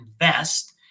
invest